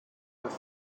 this